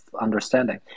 understanding